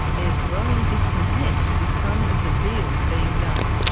there's growing discontent with some of the deals being done.